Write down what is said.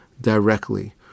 directly